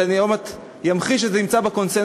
ואני עוד מעט אמחיש שזה נמצא בקונסנזוס,